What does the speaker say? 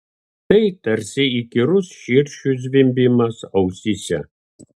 tai tarsi įkyrus širšių zvimbimas ausyse